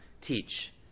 teach